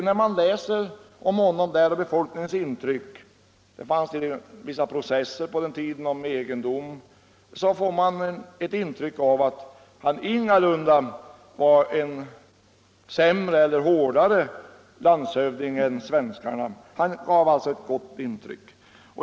När man läser om honom och befolkningens intryck av honom -— det fördes på den tiden vissa processer om egendom - får man en känsla av att han ingalunda var en sämre eller hårdare landshövding än svenskarna. Han gav ett gott intryck.